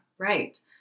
Right